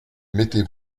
mettez